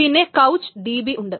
പിന്നെ കവുച്ച് D B ഉണ്ട്